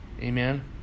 Amen